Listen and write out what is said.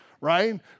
right